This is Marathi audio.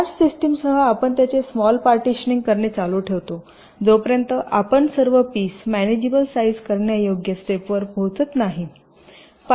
लार्ज सिस्टिमसह आपण त्याचे स्माल पार्टीशनिंग करणे चालू ठेवतो जोपर्यंत आपण सर्व पीस मॅनेजेबल साईझ करण्यायोग्य स्टेपवर पोहोचत नाही